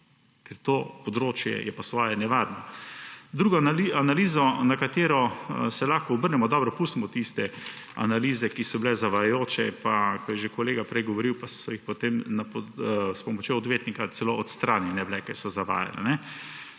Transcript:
Ker to področje je po svoje nevarno. Druga analiza, na katero se lahko obrnemo. Pustimo tiste analize, ki so bile zavajajoče, pa kot je že kolega prej govoril, so bile potem s pomočjo odvetnika celo odstranjene, ker so zavajale.